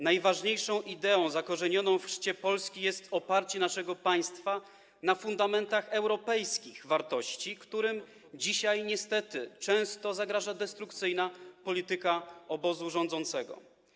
Najważniejszą ideą zakorzenioną w chrzcie Polski jest oparcie naszego państwa na fundamentach europejskich wartości, którym dzisiaj niestety często zagraża destrukcyjna polityka obozu rządzącego.